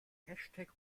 hashtag